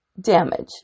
damage